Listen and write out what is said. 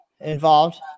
involved